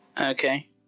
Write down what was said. Okay